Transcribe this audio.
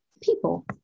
people